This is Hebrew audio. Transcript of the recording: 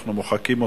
אנחנו מוחקים אותם,